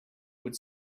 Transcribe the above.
would